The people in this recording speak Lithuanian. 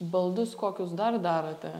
baldus kokius dar darote